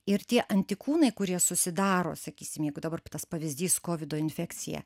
ir tie antikūnai kurie susidaro sakysim jeigu dabar tas pavyzdys kovido infekcija